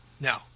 Now